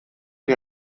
die